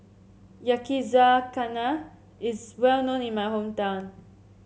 Yakizakana is well known in my hometown